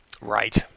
Right